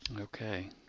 okay